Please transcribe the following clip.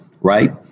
right